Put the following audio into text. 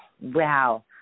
Wow